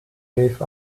gave